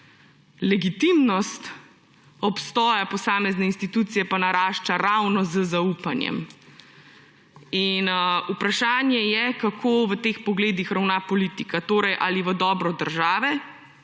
legitimnost obstoja posamezne institucije pa narašča ravno z zaupanjem. In vprašanje je, kako v teh pogledih ravna politika. Ali v dobro države,